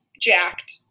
jacked